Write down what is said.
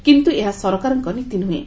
କିନ୍ତୁ ଏହା ସରକାରଙ୍କ ନୀତି ନୁହେଁ